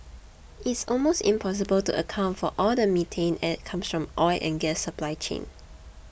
it's almost impossible to account for all the methane that comes from the oil and gas supply chain